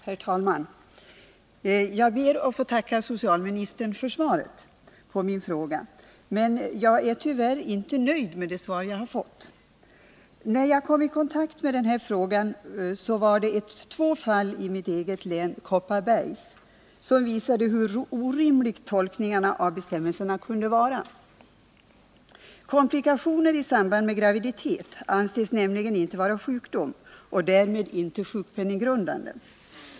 Herr talman! Jag ber att få tacka socialministern för svaret på min fråga, men jag är tyvärr inte nöjd med det svar jag fått. Jag kom i kontakt med den här frågan genom två fall i mitt eget län, Kopparbergs, som visade hur orimliga tolkningarna av bestämmelserna kunde vara. Komplikationer i samband med graviditet anses nämligen inte vara sjukdom och är därmed inte sjukpenninggrundande.